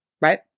right